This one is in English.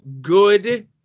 good